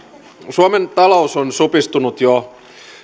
suomen talous on supistunut jo